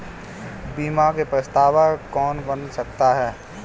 बीमा में प्रस्तावक कौन बन सकता है?